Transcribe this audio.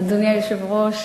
אדוני היושב-ראש,